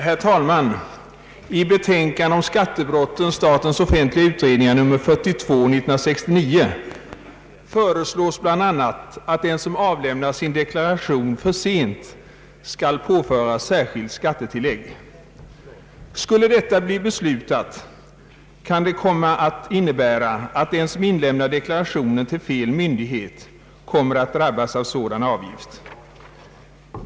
Herr talman! I betänkandet om skattebrotten — SOU 1969:42 — föreslås bl.a. att den som avlämnar sin deklaration för sent skall påföras särskilt skattetillägg. Skulle detta bli beslutat kan det komma att innebära, att den som inlämnar deklarationen till fel myndighet kommer att drabbas av sådan avgift.